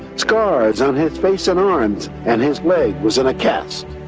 scars on his face and arms, and his leg was in a cast.